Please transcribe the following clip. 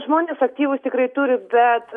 žmonės aktyvūs tikrai turi bet